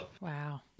Wow